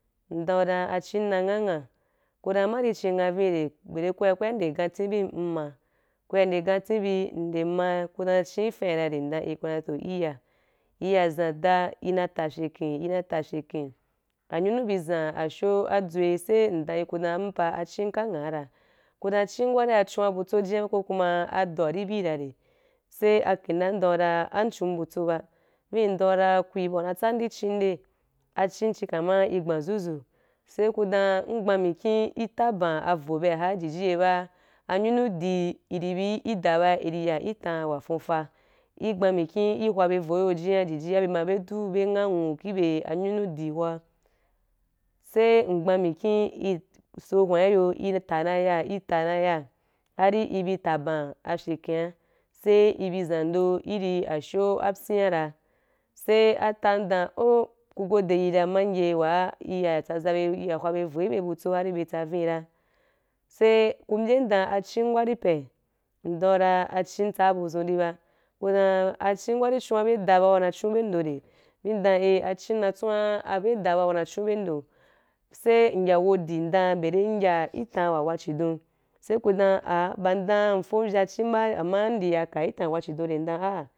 Ndan u ra dan achin na ngham nghan ku dan ama ri chin nghan vin rai be ri ku ya ku ya nde ganti bi yin mma ku ya nde gonti bi yin nde ma ku dan achin fai ra rai ndan ah ku dan too i ya i ya zam da i na na ta fyeken i na ta fyeken anyunu bi zam a sho adzu sai ndan yiwu dan abu pa achim ka nghan ra ku dan achin wa ría chua butso jía ba ko kuma ado wa ri bi ra rai sai a kinda dam’u dan am mchun butso ba sai dan yi wu dan kuyi abu wa na tsa i chin nde achin chi kama i gban zuzu sai ku dan mghaa mikin i ta baa avo byea i jiji ye ba anyunu di i dii bi i da, ba i ri ya i tam wa fuufa, i gbaa mikim i hwa be vo ki yo jia jiji a bye ma be du be ngha nwu ki bye anyunu di hoo sai mghaa mikin i, i so hwan ki yo i ta na ya i ta na ya hor i bi ta bam a fyekenia sai i bi zando i ri a sho abyaa ra sai a tam dan oh u gode yi ra mange wa i ya tsaza be i ya hwa be avo i bye butso har be tsa vin ra sai ku mbyam dan achin wa ri pai ndon u ra achin wa ri tsa buzun rí ba ku dan adin wa ri chua bye da ba ku na chim bye bye da ba ku na chim bye ndo rai vii ndan ah achi wa ri na chua bye da ba ku na chun a bye ndo sai n ya wodi sai ndan bye ri n ya ki tan wa. Ura chidon sai ku dan ah ba ndan nfon vya achin ba ama ndi ya ka i tan wa wa chidon rai.